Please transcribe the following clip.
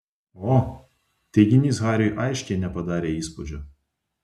o teiginys hariui aiškiai nepadarė įspūdžio